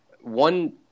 one